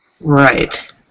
Right